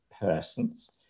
persons